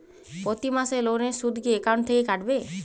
প্রতি মাসে লোনের সুদ কি একাউন্ট থেকে কাটবে?